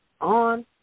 on